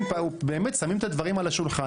באמת שמים את הדברים על השולחן,